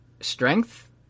strength